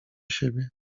siebie